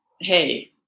hey